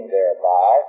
thereby